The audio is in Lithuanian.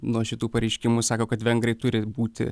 nuo šitų pareiškimų sako kad vengrai turi būti